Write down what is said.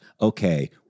Okay